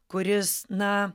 kuris na